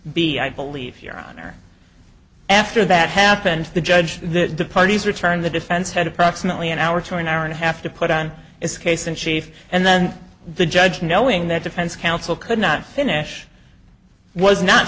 b i believe your honor after that happened the judge the parties returned the defense had approximately an hour to an hour and a half to put on its case in chief and then the judge knowing that defense counsel could not finish was not